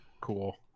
Cool